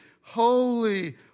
holy